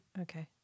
Okay